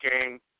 game